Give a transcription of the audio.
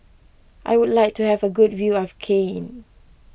I would like to have a good view of Cayenne